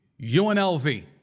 UNLV